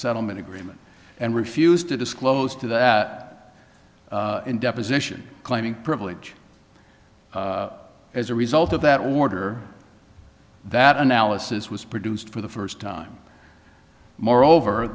settlement agreement and refused to disclose to that in deposition claiming privilege as a result of that water that analysis was produced for the first time moreover